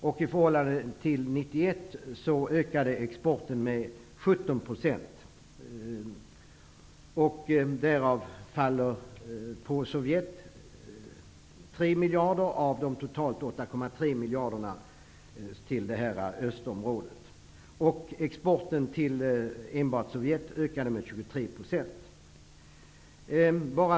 I förhållande till år 1991 miljarderna på östområdet faller 3 miljarder på 23 %.